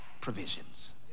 provisions